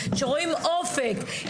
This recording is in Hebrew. שרואים אופק.